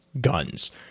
guns